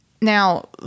Now